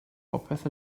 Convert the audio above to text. popeth